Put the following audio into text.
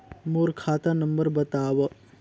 मोर खाता नम्बर बताव?